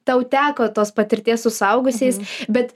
tau teko tos patirties su suaugusiais bet